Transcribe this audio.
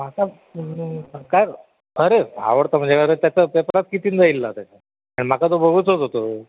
मा काय अरे आवडता म्हणजे त्याचा पेपरास कितीन जाईल त्याचा आणि माका तर बघूचंच होतो